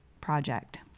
project